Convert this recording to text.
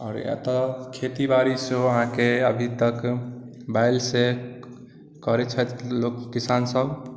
आओर एतय खेती बाड़ी सेहो अहाँके अभी तक बैलसँ करैत छथि लोक किसानसभ